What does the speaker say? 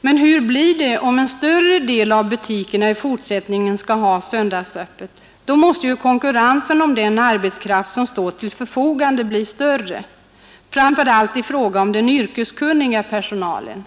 Men hur blir det om en större del av butikerna i fortsättningen skall ha söndagsöppet? Då måste ju konkurrensen om den arbetskraft som står till förfogande bli större, framför allt i fråga om den yrkeskunniga personalen.